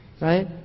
Right